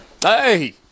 hey